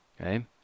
Okay